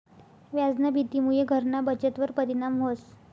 व्याजना भीतीमुये घरना बचतवर परिणाम व्हस